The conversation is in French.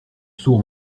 saut